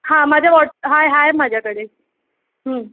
हां माझ्या व्हॉट आहे आहे माझ्याकडे